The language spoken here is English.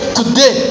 today